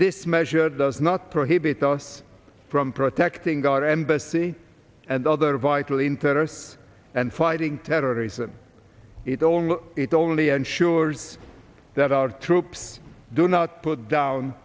this measure does not prohibit us from protecting our embassy and other vital interests and fighting terrorism it all it only ensures that our troops do not put down